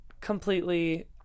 completely